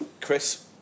Chris